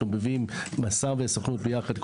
אנחנו מביאים מסע וסוכנות יחד,